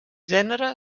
gènere